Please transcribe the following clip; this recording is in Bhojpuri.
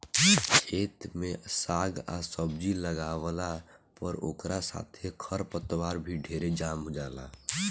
खेत में साग आ सब्जी लागावला पर ओकरा साथे खर पतवार भी ढेरे जाम जाला